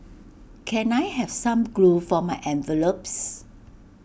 can I have some glue for my envelopes